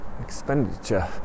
expenditure